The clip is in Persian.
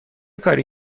کاری